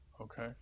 Okay